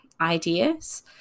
ideas